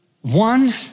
one